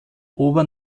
ober